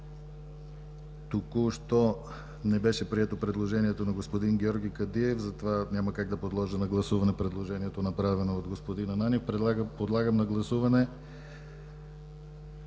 Току-що не беше прието предложението на господин Георги Кадиев, затова няма как да подложа на гласуване предложението, направено от господин Ананиев. Подлагам на гласуване